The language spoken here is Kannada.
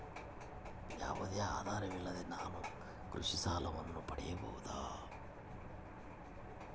ಯಾವುದೇ ಆಧಾರವಿಲ್ಲದೆ ನಾನು ಕೃಷಿ ಸಾಲವನ್ನು ಪಡೆಯಬಹುದಾ?